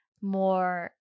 more